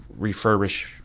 refurbish